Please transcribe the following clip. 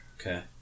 Okay